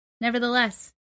Nevertheless